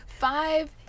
five